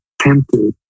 tempted